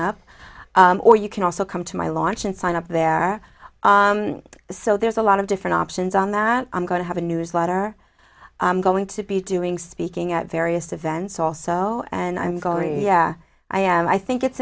up or you can also come to my launch and sign up there so there's a lot of different options on that i'm going to have a newsletter going to be doing speaking at various events also and i'm going yeah i am i think it's